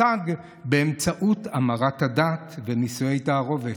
שתושג באמצעות המרת הדת ונישואי תערובת.